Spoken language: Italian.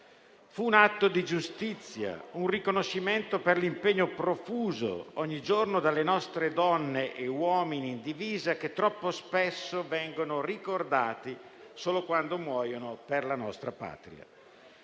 Fu un atto di giustizia, un riconoscimento per l'impegno profuso ogni giorno dalle nostre donne e dai nostri uomini in divisa, che troppo spesso vengono ricordati solo quando muoiono per la nostra Patria.